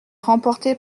remportée